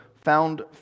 found